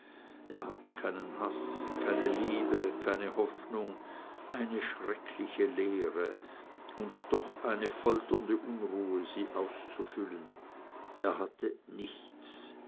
er hatte keinen haß keine liebe keine hoffnung eine schreckliche leere und doch eine folternde unruhe sie auszufüllen er hatte nichts